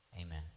Amen